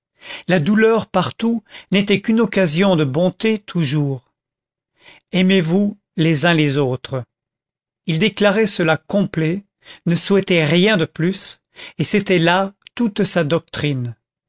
la douleur partout n'était qu'une occasion de bonté toujours aimez-vous les uns les autres il déclarait cela complet ne souhaitait rien de plus et c'était là toute sa doctrine